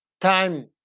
time